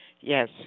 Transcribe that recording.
yes